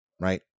right